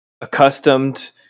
accustomed